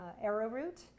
arrowroot